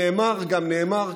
נאמר גם נאמר,